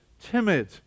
timid